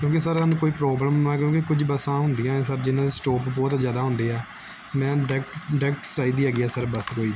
ਕਿਉਂਕਿ ਸਰ ਸਾਨੂੰ ਕੋਈ ਪ੍ਰੋਬਲਮ ਨਾ ਆਏ ਕਿਉਂਕਿ ਕੁਝ ਬੱਸਾਂ ਹੁੰਦੀਆਂ ਸਰ ਜਿਹਨਾਂ ਦੇ ਸਟੋਪ ਬਹੁਤ ਜ਼ਿਆਦਾ ਹੁੰਦੇ ਆ ਮੈਂ ਡਾਇਰੈਕਟ ਡਾਇਰੈਕਟ ਚਾਹੀਦੀ ਹੈਗੀ ਆ ਸਰ ਬਸ ਕੋਈ